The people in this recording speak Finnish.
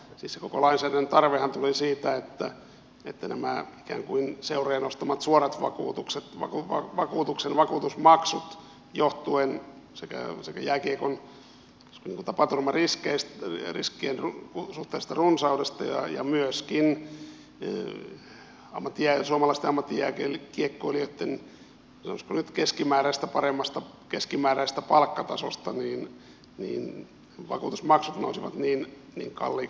siis se koko lainsäädännön tarvehan tuli siitä että seurojen ostamien suorien vakuutuksien vakuutusmaksut jotka johtuivat jääkiekon tapaturmariskien suhteellisesta runsaudesta ja myöskin suomalaisten ammattijääkiekkoilijoitten sanoisiko nyt keskimääräistä paremmasta palkkatasosta nousivat niin kalliiksi että tällaista lainsäädäntöä tarvittiin